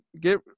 get